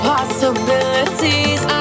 Possibilities